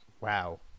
Wow